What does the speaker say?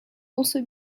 also